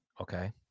Okay